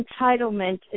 entitlement